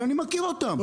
אבל אני מכיר אותם,